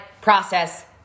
process